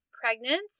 pregnant